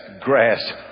grass